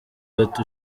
bati